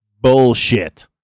bullshit